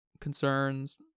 concerns